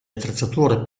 attrezzature